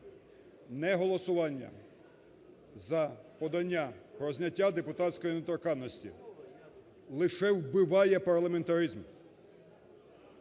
Неголосування за подання про зняття депутатської недоторканності лише вбиває парламентаризм.